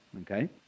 Okay